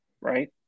right